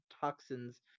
toxins